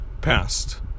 passed